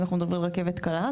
אם אנחנו מדברים על רכבת קלה,